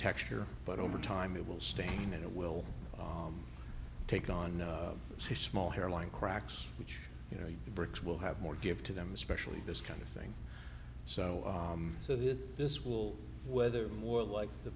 texture but over time it will stain and it will take on a small hairline cracks which you know the bricks will have more give to them especially this kind of thing so so that this will weather more like the